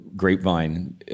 Grapevine